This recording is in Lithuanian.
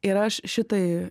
ir aš šitai